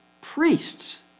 priests